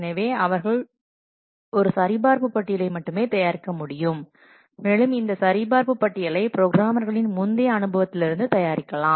எனவே அவர்கள் ஒரு சரிபார்ப்பு பட்டியலை மட்டுமே தயாரிக்க முடியும் மேலும் இந்த சரிபார்ப்பு பட்டியலை ப்ரோக்ராமர்களின் முந்தைய அனுபவத்திலிருந்து தயாரிக்கலாம்